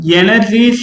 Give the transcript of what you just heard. energy